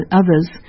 others